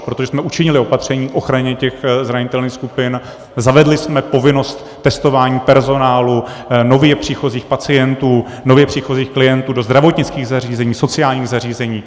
Protože jsme učinili opatření k ochraně zranitelných skupin, zavedli jsme povinnost testování personálu, nově příchozích pacientů, nově příchozích klientů do zdravotnických zařízení, sociálních zařízení.